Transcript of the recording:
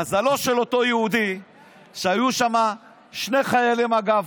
מזלו של אותו יהודי שהיו שם שני חיילי מג"ב,